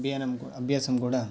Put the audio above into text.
అభ్యాసంకు అభ్యాసం కూడా